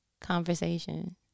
conversation